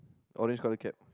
orange colour cap